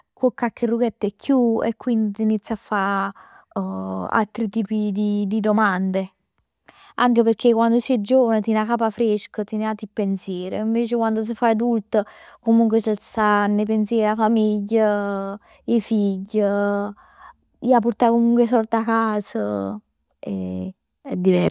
Cu cocche rughett 'e chiù e quindi ti inizi a fa altri tipi di domande. Anche pecchè quando si è giovani tien 'a capa fresc, tien ati pensier. Invece quann t' faje adulto comunque c' stann 'e pensier, 'a famigl, 'e figl. 'E 'a purtà comunque 'e sord 'a cas, è diverso.